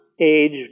age